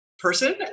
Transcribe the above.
Person